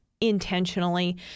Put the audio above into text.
intentionally